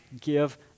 give